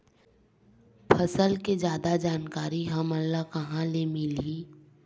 फसल के जादा जानकारी हमला कहां ले मिलही?